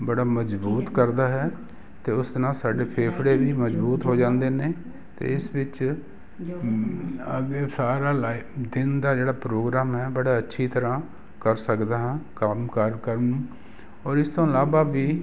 ਬੜਾ ਮਜ਼ਬੂਤ ਕਰਦਾ ਹੈ ਅਤੇ ਉਸਦੇ ਨਾਲ ਸਾਡੇ ਫੇਫੜੇ ਵੀ ਮਜ਼ਬੂਤ ਹੋ ਜਾਂਦੇ ਨੇ ਅਤੇ ਇਸ ਵਿੱਚ ਅੱਗੇ ਸਾਰਾ ਲਾਈ ਦਿਨ ਦਾ ਜਿਹੜਾ ਪ੍ਰੋਗਰਾਮ ਹੈ ਬੜਾ ਅੱਛੀ ਤਰ੍ਹਾਂ ਕਰ ਸਕਦਾ ਹਾਂ ਕੰਮ ਕਾਰ ਕਰਮ ਔਰ ਇਸ ਤੋਂ ਇਲਾਵਾ ਵੀ